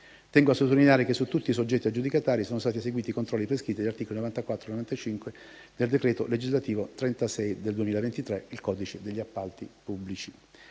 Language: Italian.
Tengo a sottolineare che su tutti i soggetti aggiudicatari sono stati eseguiti i controlli prescritti dagli articoli 94 e 95 del decreto legislativo n. 36 del 2023 (codice degli appalti pubblici).